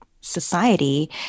society